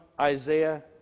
Isaiah